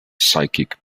psychic